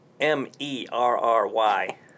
M-E-R-R-Y